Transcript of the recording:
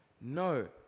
No